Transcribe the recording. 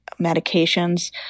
medications